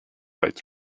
lights